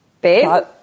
Babe